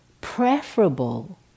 preferable